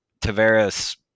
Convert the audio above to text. Tavares